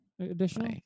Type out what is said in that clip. additional